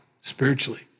spiritually